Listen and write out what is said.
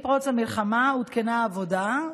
עם פרוץ המלחמה עודכנה העבודה,